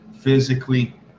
physically